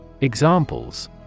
Examples